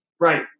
Right